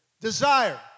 Desire